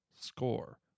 Score